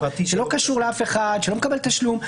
זה לא קשור לאף אחד שלא מקבל תשלום.